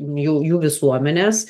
jų jų visuomenės